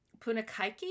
Punakaiki